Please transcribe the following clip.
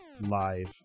Live